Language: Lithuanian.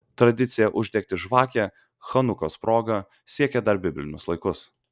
tradicija uždegti žvakę chanukos proga siekia dar biblinius laikus